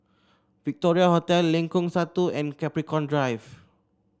Victoria Hotel Lengkong Satu and Capricorn Drive